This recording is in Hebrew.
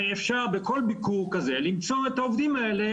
הרי אפשר בכל ביקור כזה למצוא את העובדים האלה